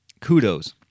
Kudos